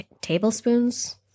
tablespoons